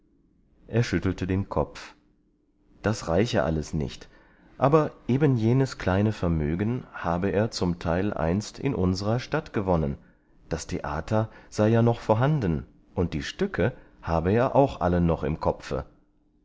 er schüttelte den kopf das reiche alles nicht aber eben jenes kleine vermögen habe er zum teil einst in unserer stadt gewonnen das theater sei ja noch vorhanden und die stücke habe er auch alle noch im kopfe